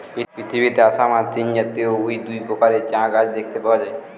পৃথিবীতে আসাম আর চীনজাতীয় অউ দুই প্রকারের চা গাছ দেখতে পাওয়া যায়